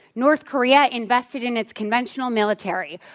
north korea invested in its conventional military,